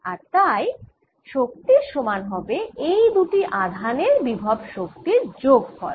আর তাই শক্তির সমান হবে এই দুটি আধানের বিভব শক্তির যোগফল